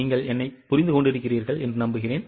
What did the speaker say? நீங்கள் என்னைப் புரிந்து கொண்டிருக்கிறீர்களா